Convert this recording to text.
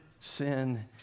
sin